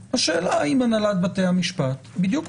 ראינו מהניסיון בבתי המשפט שבסופו של דבר